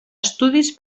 estudis